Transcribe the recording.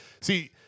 See